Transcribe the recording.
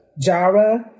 Jara